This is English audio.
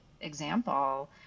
example